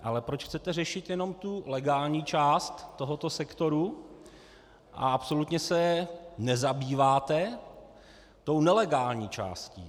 Ale proč chcete řešit jenom tu legální část tohoto sektoru a absolutně se nezabýváte nelegální částí?